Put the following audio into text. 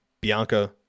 bianca